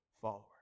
followers